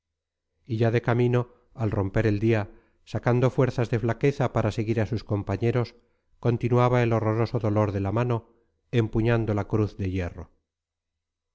y ya de camino al romper el día sacando fuerzas de flaqueza para seguir a sus compañeros continuaba el horroroso dolor de la mano empuñando la cruz de hierro